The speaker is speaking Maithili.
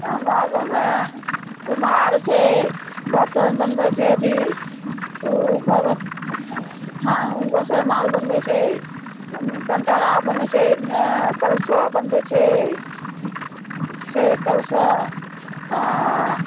हमरा गाँवमे कुम्हार छै बर्तन बनबय छै अथी उ घरमे थान गोसाँइ मारे बनबइ छै कंटारा बनबइ छै एँ कलशो बनबइ छै उ जे छै कलशो आओर